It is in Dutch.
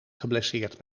geblesseerd